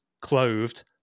clothed